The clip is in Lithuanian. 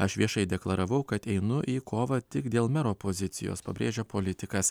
aš viešai deklaravau kad einu į kovą tik dėl mero pozicijos pabrėžia politikas